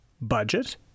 Budget